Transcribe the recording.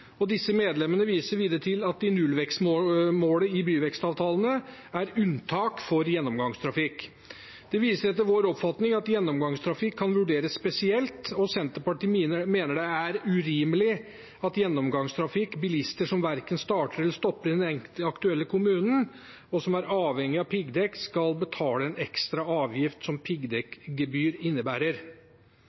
og disse medlemmene viser videre til at det i nullvekstmålet i byvekstavtalene er unntak for gjennomgangstrafikk. Det viser etter vår oppfatning at gjennomgangstrafikk kan vurderes spesielt, og Senterpartiet mener det er urimelig at gjennomgangstrafikk, bilister som verken starter eller stopper i den aktuelle kommunen, og som er avhengig av piggdekk, skal betale en ekstra avgift, som piggdekkgebyr innebærer.